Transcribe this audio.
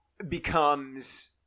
becomes